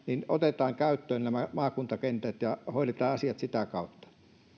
otetaan käyttöön nämä maakuntakentät ja hoidetaan asiat sitä kautta